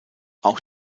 auch